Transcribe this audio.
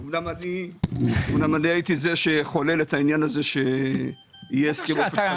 אמנם אני הייתי זה שחולל את העניין הזה שיהיה הסכם חדש.